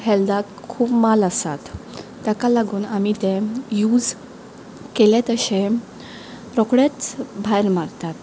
हेल्ताक खूब माल आसात ताका लागून आमी तें यूज केला तशें रोखडेंच भायर मारतात